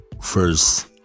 first